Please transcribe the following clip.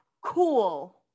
Cool